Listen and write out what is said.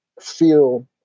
feel